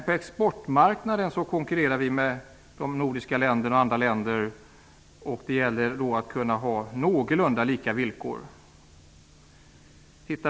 På exportmarknaden konkurrerar vi dock med de nordiska länderna och med andra länder. Det gäller då att kunna ha någorlunda lika villkor.